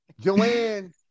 Joanne